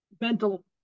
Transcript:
mental